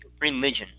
religion